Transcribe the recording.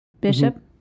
bishop